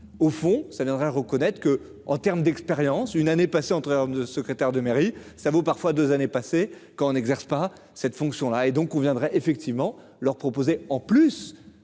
au fond ça viendra reconnaître que en termes d'expérience une année passée entre homme de secrétaire de mairie ça vaut parfois 2 années passées quand on exerce pas cette fonction-là et donc on viendrait effectivement leur proposer en plus